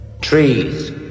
Trees